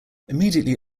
immediately